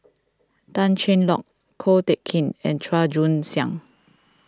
Tan Cheng Lock Ko Teck Kin and Chua Joon Siang